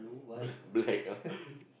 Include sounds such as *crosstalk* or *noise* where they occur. b~ black ah *breath*